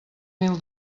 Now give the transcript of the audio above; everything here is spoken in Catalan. mil